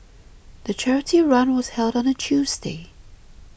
the charity run was held on a Tuesday